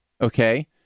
okay